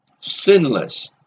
sinless